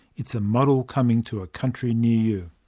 it's a model coming to a country near you.